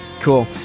Cool